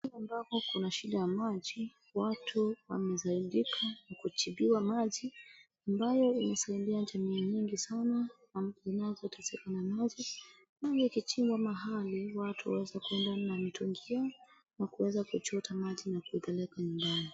Kwenye maeneo ambako kuna shida ya maji, watu wamesaidika kwa kuchimbiwa maji ambayo imesaidia jamii nyingi sana ambazo zinateseka na maji. Maji ikichimbwa mahali, watu huweza kwenda na mitungi yao na kuweza kuchota maji na kuipeleka nyumbani.